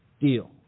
deal